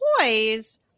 toys